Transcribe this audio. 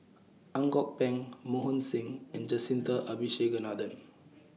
Ang Kok Peng Mohan Singh and Jacintha Abisheganaden